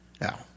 Now